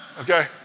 okay